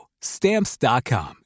Stamps.com